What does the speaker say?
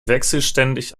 wechselständig